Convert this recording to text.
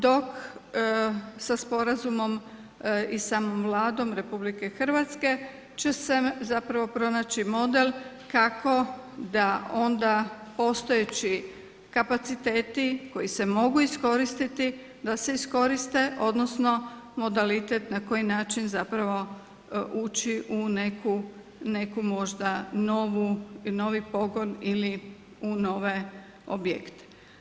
Dok, sa sporazumom i samom Vladom Republike Hrvatske će se zapravo pronaći model kako da onda postojeći kapaciteti koji se mogu iskoristiti, da se iskoriste, odnosno, modalitet, na koji način, zapravo, uči u neku možda novu i novi pogon ili u novi objekte.